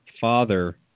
father